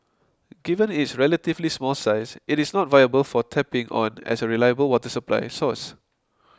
given its relatively small size it is not viable for tapping on as a reliable water supply source